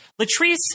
Latrice